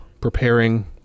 preparing